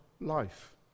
life